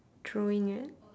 throwing it